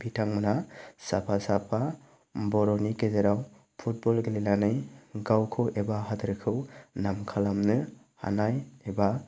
बिथांमोनहा साफा साफा बर'नि गेजेराव फुटबल गेलेनानै गावखौ एबा हादरखौ नाम खालामनो हानाय एबा